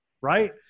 right